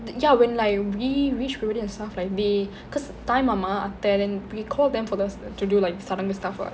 ya when like we reach already and stuff like they cause தாய்மாமா அத்தை:thaaimama atthai then we called them for us to do like சடங்கு:sadangu and stuff what